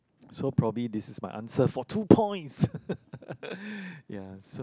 so probably this is my answer for two points ya so